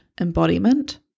embodiment